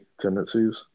tendencies